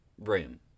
room